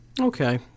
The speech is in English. okay